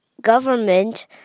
government